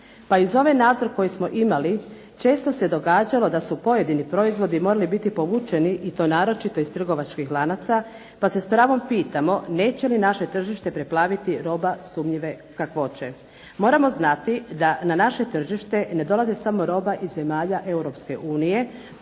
Pa i za ovaj nadzor koji smo imali, često se događalo da su pojedini proizvodi morali biti povučeni i to naročito iz trgovačkih lanaca pa se s pravom pitamo neće li naše tržište preplaviti roba sumnjive kakvoće. Moramo znati da na naše tržište ne dolazi samo roba iz zemalja